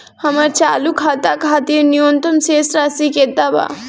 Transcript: हमर चालू खाता खातिर न्यूनतम शेष राशि केतना बा?